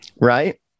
Right